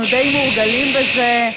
אנחנו די מורגלים בזה.